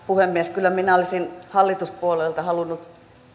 puhemies kyllä minä olisin hallituspuolueilta halunnut